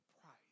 price